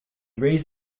raised